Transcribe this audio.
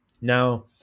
Now